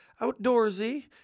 outdoorsy